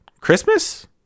Christmas